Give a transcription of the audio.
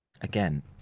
Again